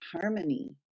harmony